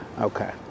Okay